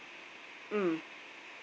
mm